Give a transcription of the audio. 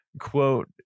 quote